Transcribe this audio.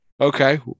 Okay